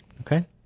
Okay